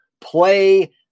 play